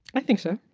i think so,